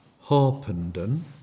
Harpenden